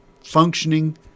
functioning